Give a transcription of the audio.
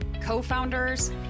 co-founders